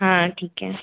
हाँ ठीक है